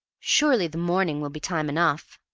surely the morning will be time enough!